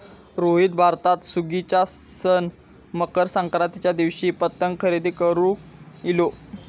रोहित भारतात सुगीच्या सण मकर संक्रांतीच्या दिवशी पतंग खरेदी करून इलो